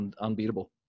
unbeatable